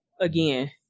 again